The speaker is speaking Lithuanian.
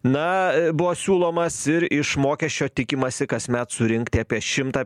na buvo siūlomas ir iš mokesčio tikimasi kasmet surinkti apie šimtą